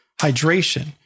Hydration